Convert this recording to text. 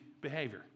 behavior